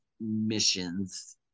missions